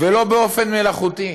ולא באופן מלאכותי,